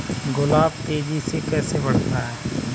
गुलाब तेजी से कैसे बढ़ता है?